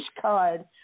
card